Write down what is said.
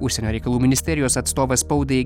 užsienio reikalų ministerijos atstovas spaudai